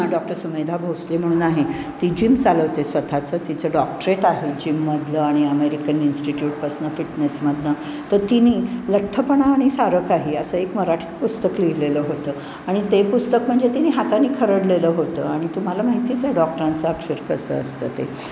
doctor Sumedha Bhosale म्हणून आहे ती जिम चालवते स्वतःचं तिचं डॉक्टरेट आहे जिममधलं आणि अमेरिकन इन्स्टिट्यूटपासनं फिटनेसमधनं तर तिने लठ्ठपणा आणि सारं काही असं एक मराठी पुस्तक लिहिलेलं होतं आणि ते पुस्तक म्हणजे तिने हाताने खरडलेलं होतं आणि तुम्हाला माहितीच आहे डॉक्टरांचं अक्षर कसं असतं ते